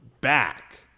back